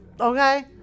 Okay